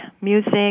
music